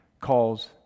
calls